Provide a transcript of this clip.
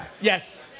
Yes